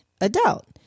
adult